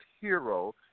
hero